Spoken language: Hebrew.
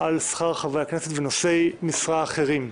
על שכר חברי הכנסת ונושאי משרה אחרים.